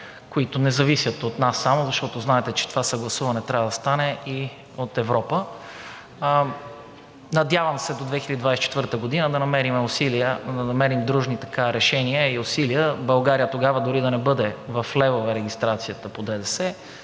които не зависят от нас само, защото знаете, че това съгласуване трябва да стане и от Европа. Надявам се до 2024 г. да намерим дружни решения и усилия, в България тогава дори и да не бъде в левове регистрацията по ДДС,